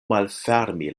malfermi